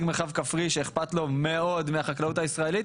מרחב כפרי שאכפת לו מאוד מהחקלאות הישראלית,